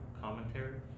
commentary